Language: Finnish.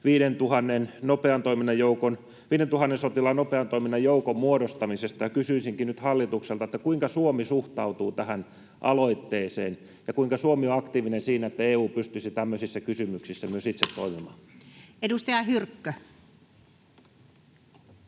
5 000 sotilaan nopean toiminnan joukon muodostamista. Kysyisinkin nyt hallitukselta: kuinka Suomi suhtautuu tähän aloitteeseen ja kuinka Suomi on aktiivinen siinä, että EU pystyisi tämmöisissä kysymyksissä myös itse toimimaan? [Speech 15]